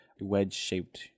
wedge-shaped